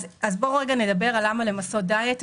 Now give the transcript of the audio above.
בואו נדבר על למה למסות דיאט,